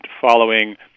following